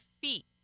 feet